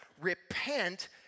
repent